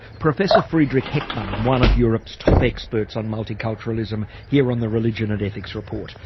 professor friedrich heckmann, one of europe's top experts on multiculturalism here on the religion and ethics report.